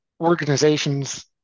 organizations